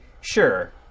sure